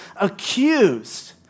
accused